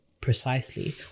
Precisely